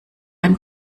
ein